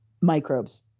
microbes